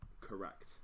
Correct